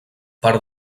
per